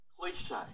cliche